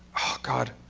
god.